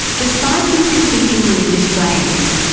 despite these competing religious claims,